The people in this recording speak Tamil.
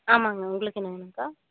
ஆமாங்க உங்களுக்கு என்ன வேணுங்க்கா